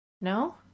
No